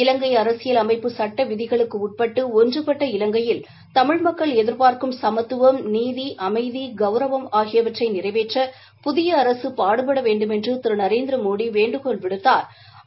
இலங்கை அரசியல் அமைப்பு சுட்ட விதிகளுக்கு உட்பட்டு ஒன்றுபட்ட இலங்கையில் தமிழ் மக்கள் எதிர்பார்க்கும் சமத்துவம் நீதி அமைதி கௌரவம் ஆகியவற்றை நிறைவேற்ற புதிய அரசு பாடுபட வேண்டுமென்று திரு நரேந்திரமோடி வேண்டுகோள் விடுத்தாா்